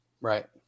Right